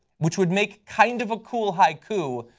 which would make kind of a cool haiku,